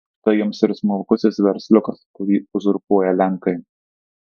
štai jums ir smulkusis versliukas kurį uzurpuoja lenkai